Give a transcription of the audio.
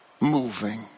moving